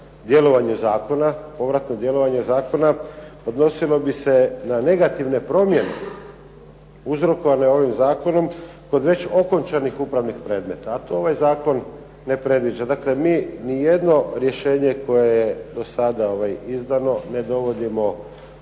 djelovanju zakona. Povratno djelovanje zakona odnosilo bi se na negativne promjene uzrokovane ovim zakonom kod već okončanih upravnih predmeta. A to ovaj zakon ne predviđa. Dakle, mi nijedno rješenje koje je do sada izdano ne dovodimo